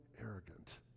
arrogant